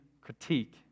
critique